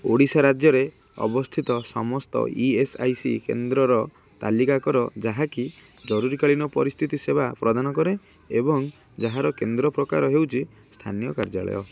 ଓଡ଼ିଶା ରାଜ୍ୟରେ ଅବସ୍ଥିତ ସମସ୍ତ ଇ ଏସ୍ ଆଇ ସି କେନ୍ଦ୍ରର ତାଲିକା କର ଯାହାକି ଜରୁରୀକାଳୀନ ପରିସ୍ଥିତି ସେବା ପ୍ରଦାନ କରେ ଏବଂ ଯାହାର କେନ୍ଦ୍ର ପ୍ରକାର ହେଉଛି ସ୍ଥାନୀୟ କାର୍ଯ୍ୟାଳୟ